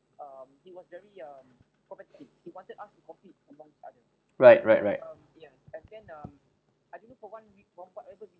right right right